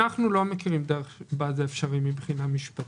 אנחנו לא מכירים דרך שבה זה אפשרי מבחינה משפטית.